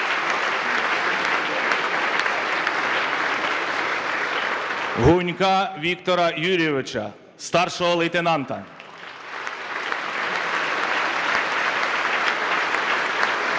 Гунька Віктора Юрійовича, старшого лейтенанта